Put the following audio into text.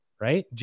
right